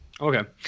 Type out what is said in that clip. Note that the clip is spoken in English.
Okay